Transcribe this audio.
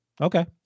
Okay